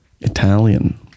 Italian